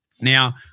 Now